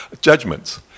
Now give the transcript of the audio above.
judgments